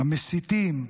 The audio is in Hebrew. המסיתים,